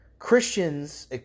Christians